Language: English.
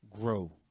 grow